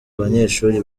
banyeshuli